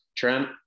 Trent